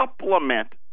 supplement